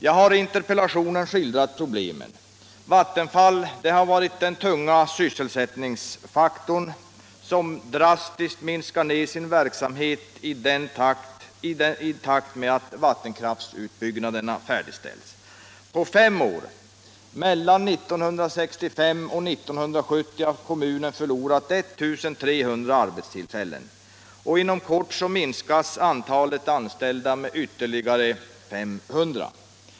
Jag har i interpellationen skildrat problemen. Vattenfall, som har varit den tunga sysselsättningsfaktorn, minskar nu drastiskt sin verksamhet i takt med att vattenkraftsutbyggnaden blir klar. På fem år, mellan 1965 och 1970, har kommunen förlorat 1 300 arbetstillfällen, och inom kort minskas antalet anställda med ytterligare 500.